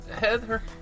Heather